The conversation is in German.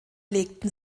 legten